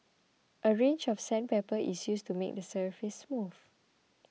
a range of sandpaper is used to make the surface smooth